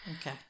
okay